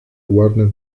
warner